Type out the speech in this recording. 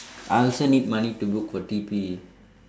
I also need money to book for T_P